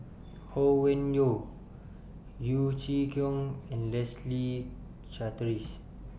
Ho Yuen Hoe Yeo Chee Kiong and Leslie Charteris